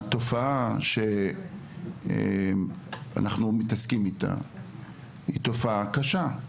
התופעה שאנחנו מתעסקים איתה היא תופעה קשה בכלל